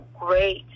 great